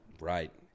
right